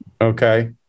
Okay